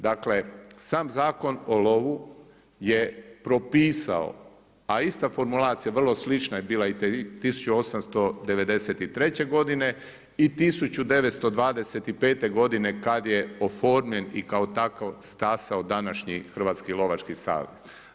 Dakle, sam Zakon o lovu je propisao, a ista formulacija, vrlo slična je bila i 1893. godine i 1925. godine kad je oformljen i kao takav stasao današnji Hrvatski lovački savez.